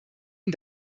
ihn